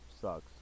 sucks